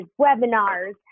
webinars